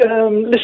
Listen